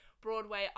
Broadway